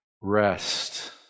Rest